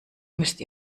müsst